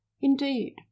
Indeed